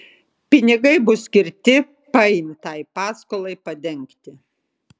pinigai bus skirti paimtai paskolai padengti